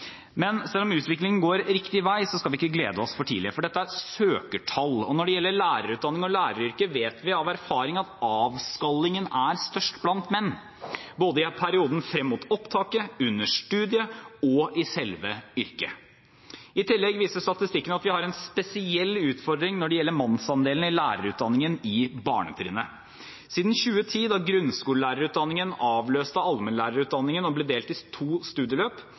Men selv om utviklingen går riktig vei, skal vi ikke glede oss for tidlig, for dette er søkertall. Når det gjelder lærerutdanningen og læreryrket, vet vi av erfaring at avskallingen er størst blant menn både i perioden frem mot opptaket, under studiet og i selve yrket. I tillegg viser statistikken at vi har en spesiell utfordring når det gjelder mannsandelen i lærerutdanningen i barnetrinnet. Siden 2010, da grunnskolelærerutdanningen avløste allmennlærerutdanningen og ble delt i to studieløp,